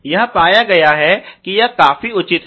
यह पाया गया है कि यह काफी उचित है